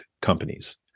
companies